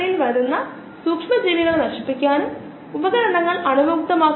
limiting പ്രതിപ്രവർത്തനത്തിന്റെ സാന്ദ്രത പ്രതികരണത്തിന്റെ വ്യാപ്തിയെ പരിമിതപ്പെടുത്തുന്നു